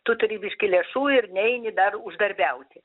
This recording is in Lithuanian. tu turi biškį lėšų ir neini dar uždarbiauti